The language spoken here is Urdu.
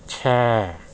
چھ